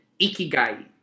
ikigai